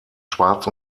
schwarz